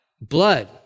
Blood